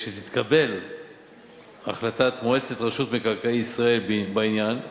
לכשתתקבל החלטת מועצת מקרקעי ישראל בעניין,